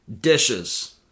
Dishes